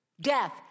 death